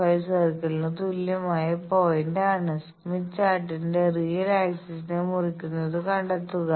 5 സർക്കിളിനു തുല്യമായ പോയിന്റ് ആണ് സ്മിത്ത് ചാർട്ടിന്റെ റിയൽ ആക്സിസ്നെ മുറിക്കുന്നത് കണ്ടെത്തുക